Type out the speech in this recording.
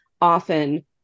often